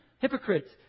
Hypocrites